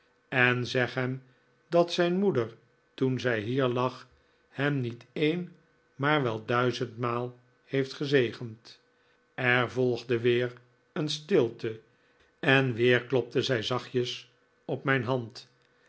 en zeg hem dat zijn moeder toen zij hier lag hem niet een maar wel duizendmaal heeft gezegend er volgde weer een stilte en weer klopte zij zacht jes op mijn hand